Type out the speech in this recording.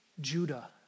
Judah